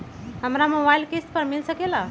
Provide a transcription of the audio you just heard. हमरा मोबाइल किस्त पर मिल सकेला?